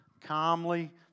calmly